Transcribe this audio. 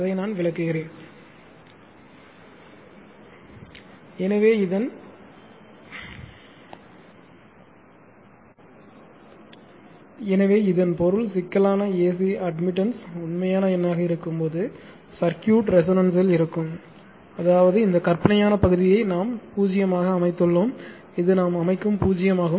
அதை நான் விளக்குகிறேன் எனவே இதன் பொருள் சிக்கலான AC அட்மிட்டன்ஸ் உண்மையான எண்ணாக இருக்கும்போது சர்க்யூட் ரெசோனன்ஸ்ல் இருக்கும் அதாவது இந்த கற்பனையான பகுதியை நாம் 0 ஆக அமைத்துள்ளோம் இது நாம் அமைக்கும் 0 ஆகும்